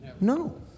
No